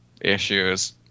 issues